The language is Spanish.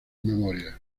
memorias